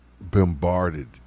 bombarded